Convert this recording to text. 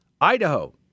Idaho